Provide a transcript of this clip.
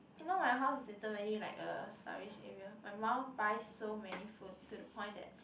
you know my house is literally like a storage area my mum buy so many food to the point that